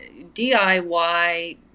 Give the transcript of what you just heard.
DIY